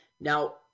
Now